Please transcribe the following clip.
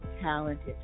talented